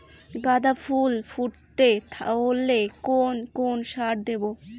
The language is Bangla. গাদা ফুল ফুটতে ধরলে কোন কোন সার দেব?